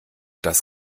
dass